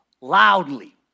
Loudly